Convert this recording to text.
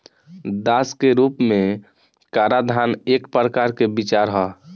दास के रूप में कराधान एक प्रकार के विचार ह